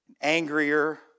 angrier